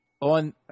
On